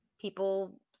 people